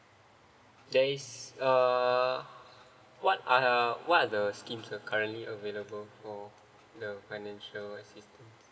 there is err what are what are the scheme currently available for the financial assistance